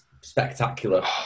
spectacular